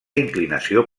inclinació